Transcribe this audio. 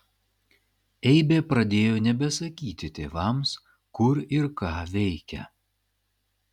eibė pradėjo nebesakyti tėvams kur ir ką veikia